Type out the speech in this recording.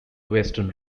western